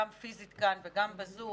גם פיזית כאן וגם בזום,